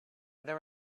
there